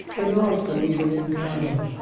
and often even in kind.